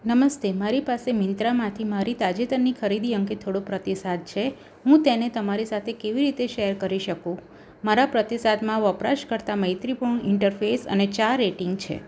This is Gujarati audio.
નમસ્તે મારી પાસે મિન્ત્રામાંથી મારી તાજેતરની ખરીદી અંગે થોડો પ્રતિસાદ છે હું તેને તમારી સાથે કેવી રીતે શેયર કરી શકું મારા પ્રતિસાદમાં વપરાશકર્તા મૈત્રીપૂર્ણ ઈન્ટરફેસ અને ચાર રેટિંગ છે